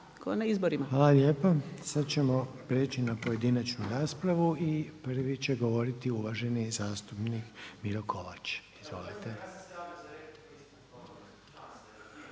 Hvala lijepa. Sad ćemo prijeći na pojedinačnu raspravu. I prvi će govoriti uvaženi zastupnik Miro Kovač. Izvolite.